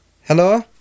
Hello